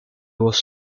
was